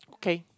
okay